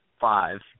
five